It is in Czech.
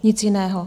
Nic jiného.